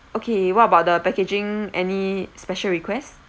okay what about the packaging any special requests